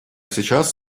сейчас